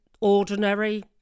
ordinary